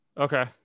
Okay